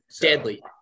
Deadly